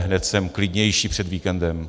Hned jsem klidnější před víkendem.